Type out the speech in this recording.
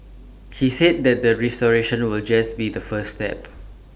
he said that the restoration will just be the first step